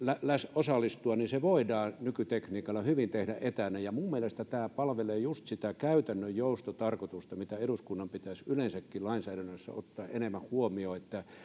osallistua niin se voidaan nykytekniikalla hyvin tehdä etänä minun mielestä tämä palvelee just sitä käytännön joustotarkoitusta mitä eduskunnan pitäisi yleensäkin lainsäädännössä ottaa enemmän huomioon että